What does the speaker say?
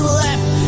left